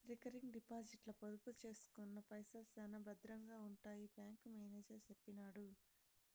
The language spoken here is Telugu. రికరింగ్ డిపాజిట్ల పొదుపు సేసుకున్న పైసల్ శానా బద్రంగా ఉంటాయని బ్యాంకు మేనేజరు సెప్పినాడు